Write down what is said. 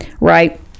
right